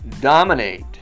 dominate